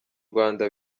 rwanda